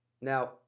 Now